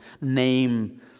name